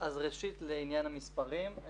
לעניין המספרים.